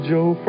Joe